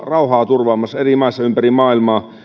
rauhaa turvaamassa eri maissa ympäri maailmaa